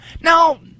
Now